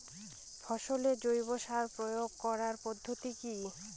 ফসলে জৈব সার প্রয়োগ করার পদ্ধতি কি?